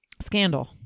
Scandal